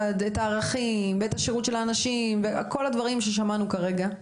את הערכים ואת השירות של האנשים ואת כל הדברים ששמענו כאן כרגע.